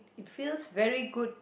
it feels very good